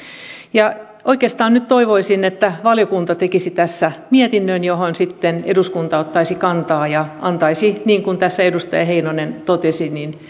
oikeastaan nyt toivoisin että valiokunta tekisi tästä mietinnön johon sitten eduskunta ottaisi kantaa ja antaisi niin kuin tässä edustaja heinonen totesi